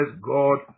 God